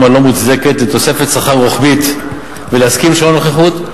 הלא-מוצדקת לתוספת שכר רוחבית ולהסכים לשעון נוכחות.